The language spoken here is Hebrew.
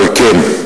אבל כן,